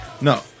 No